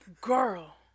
Girl